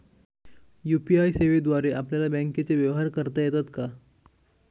UPI सेवेद्वारे आपल्याला बँकचे व्यवहार करता येतात का?